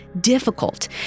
difficult